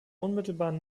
unmittelbaren